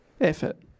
effort